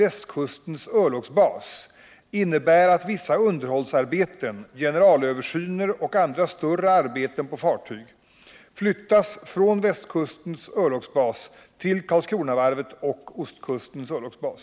Västkustens örlogsbas innebär att vissa underhållsarbeten, generalöversyner och andra större arbeten på fartyg, flyttas från Västkustens örlogsbas till Karlskronavarvet och Ostkustens örlogsbas.